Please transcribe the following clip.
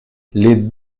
les